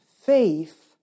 faith